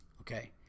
Okay